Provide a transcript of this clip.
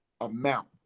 amount